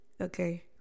okay